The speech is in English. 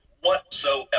whatsoever